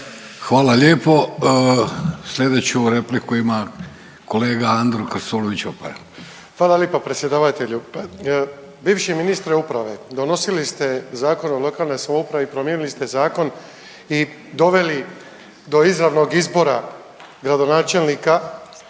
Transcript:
Hvala lijepo. Slijedeću repliku ima kolega Andro Krstulović Opara. **Krstulović Opara, Andro (HDZ)** Hvala lijepo predsjedavatelju. Bivši ministre uprave donosili ste Zakon o lokalnoj samoupravi, promijenili ste zakon i doveli do izravnog izbora gradonačelnika